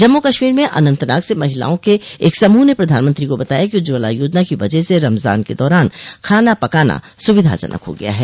जम्मू कश्मीर में अनंतनाग से महिलाओं के एक समूह ने प्रधानमंत्री को बताया कि उज्ज्वला योजना की वजह से रमजान के दौरान खाना पकाना सुविधाजनक हो गया है